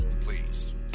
please